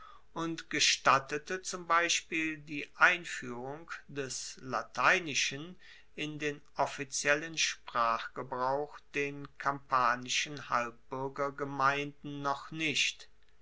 und gestattete zum beispiel die einfuehrung des lateinischen in den offiziellen sprachgebrauch den kampanischen halbbuergergemeinden noch nicht